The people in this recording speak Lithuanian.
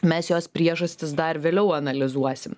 mes jos priežastis dar vėliau analizuosim